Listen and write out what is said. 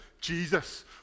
Jesus